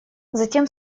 затем